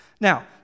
Now